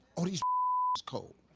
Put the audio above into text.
oh these was cold.